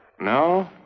No